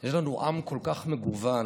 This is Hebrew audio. יש לנו עם כל כך מגוון,